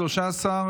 13,